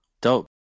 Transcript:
dope